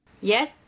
Yes